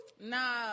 Nah